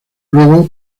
luego